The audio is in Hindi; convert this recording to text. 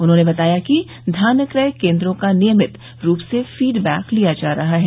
उन्होंने बताया कि धान क्रय केन्द्रों का नियमित रूप से फीडबैक लिया जा रहा है